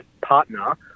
partner